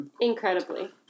incredibly